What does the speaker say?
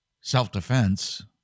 self-defense